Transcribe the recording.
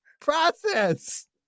process